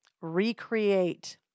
recreate